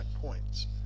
points